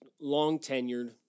long-tenured